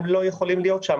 הם לא יכולים להיות שם.